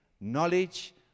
knowledge